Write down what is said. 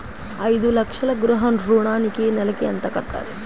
ఐదు లక్షల గృహ ఋణానికి నెలకి ఎంత కట్టాలి?